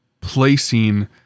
Placing